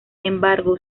embargo